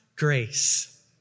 grace